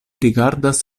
rigardas